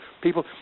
People